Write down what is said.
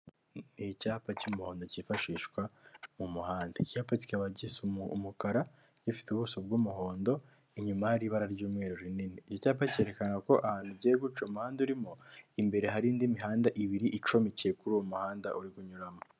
Ni icyapa cy'umuhondo cyifashishwa mu muhanda icyapa kikaba gisa umukara gifite ubuso bw'umuhondo inyuma hari ibara ry'umweru rinini icyapa cyerekana ko ahantu ugiye guca umuhanda urimo imbere hari indi mihanda ibiri icombikiye kuri uwo muhanda uri kunyuramo.